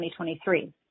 2023